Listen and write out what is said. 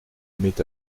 émet